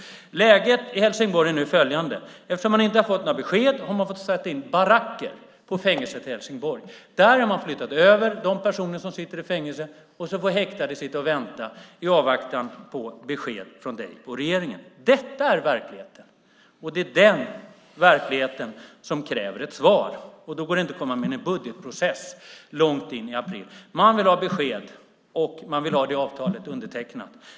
Läget i Helsingborg är nu följande. Eftersom de inte har fått besked har de fått sätta in baracker på fängelset i Helsingborg. Där har de personer som sitter i fängelset flyttats över, och de häktade får vänta i avvaktan på besked från dig och regeringen. Detta är verkligheten, och det är den verkligheten som kräver ett svar. Då går det inte att komma med en budgetprocess långt in i april. De vill ha besked, och de vill ha avtalet undertecknat.